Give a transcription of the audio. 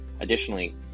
Additionally